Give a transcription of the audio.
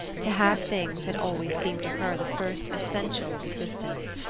to have things had always seemed to her the first essential of existence,